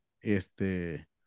Este